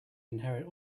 inherit